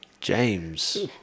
James